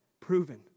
proven